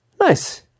Nice